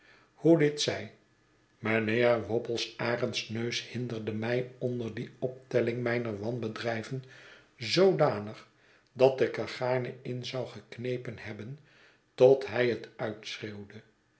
hoe dit zij mijnheer wopsle's arendsneus hinderde mij onder die optelling mijner wanbedrijven zoodanig dat ik er gaarne in zou geknepen hebben tot jay het uitschreeuwde